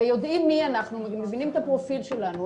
ויודעים מי אנחנו, מבינים את הפרופיל שלנו.